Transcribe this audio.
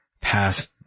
past